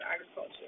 agriculture